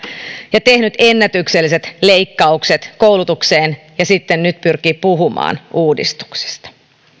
ja tehnyt ennätykselliset leikkaukset koulutukseen ja nyt sitten pyrkii puhumaan uudistuksista